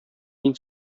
мин